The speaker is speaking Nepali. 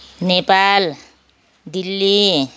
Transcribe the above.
नेपाल दिल्ली काठमाडौँ पोखरा बम्बई